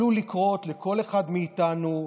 עלול לקרות לכל אחד מאיתנו.